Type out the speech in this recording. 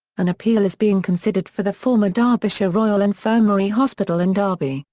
an appeal is being considered for the former derbyshire royal infirmary hospital in derby,